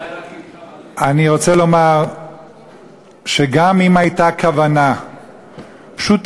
אני רוצה לומר שאם הייתה כוונה פשוטה,